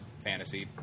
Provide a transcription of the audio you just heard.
fantasy